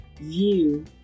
view